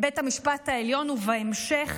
בית המשפט העליון, ובהמשך,